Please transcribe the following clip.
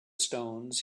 stones